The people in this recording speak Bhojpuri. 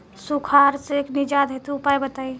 सुखार से निजात हेतु उपाय बताई?